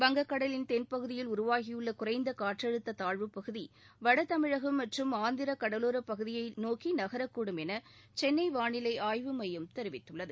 வங்கக்கடலின் தென் பகுதியில் உருவாகியுள்ள குறைந்த காற்றழுத்த தாழ்வுப்பகுதி வடதமிழகம் மற்றும் ஆந்திர கடலோரப் பகுதியை நோக்கி நகரக் கூடும் என சென்னை வானிலை ஆய்வு மையம் தெரிவித்துள்ளது